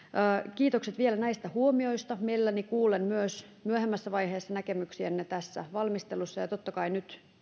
kiitokset vielä näistä huomioista mielelläni kuulen myös myöhemmässä vaiheessa näkemyksiänne tässä valmistelussa ja totta kai nyt